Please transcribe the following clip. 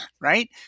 right